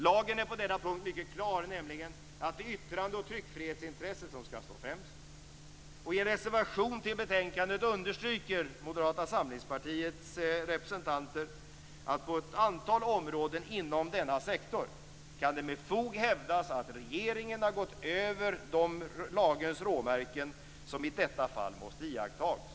Lagen är mycket klar på denna punkt: Det är yttrande och tryckfrihetsintresset som skall stå främst. I en reservation till betänkandet understryker Moderata samlingspartiets representanter att det på ett antal områden inom denna sektor med fog kan hävdas att regeringen har gått över de lagens råmärken som i detta fall måste iakttas.